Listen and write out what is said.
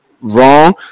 wrong